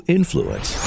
Influence